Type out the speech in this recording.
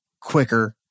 quicker